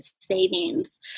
savings